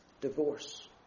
divorce